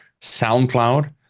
SoundCloud